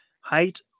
height